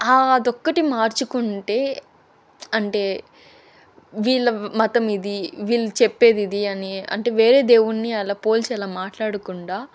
అదొక్కటి మార్చుకుంటే అంటే వీళ్ళ మతం ఇది వీళ్ళు చెప్పేది ఇది అని అంటే వేరే దేవున్ని అలా పోల్చి అలా మాట్లాడకుండా